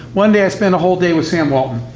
one day i spend a whole day with sam walton,